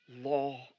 law